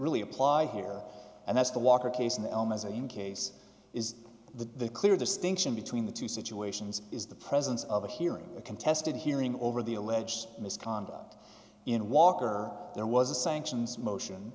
really apply here and that's the walker case in the home as i am case is the clear distinction between the two situations is the presence of a hearing a contested hearing over the alleged misconduct in walker there was a sanctions motion